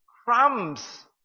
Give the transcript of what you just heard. crumbs